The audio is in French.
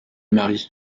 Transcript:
mari